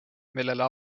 millele